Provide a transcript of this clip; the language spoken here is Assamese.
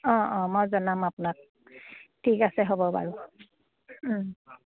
অঁ অঁ মই জনাম আপোনাক ঠিক আছে হ'ব বাৰু